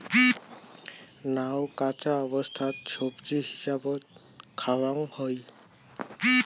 নাউ কাঁচা অবস্থাত সবজি হিসাবত খাওয়াং হই